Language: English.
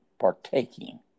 partaking